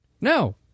No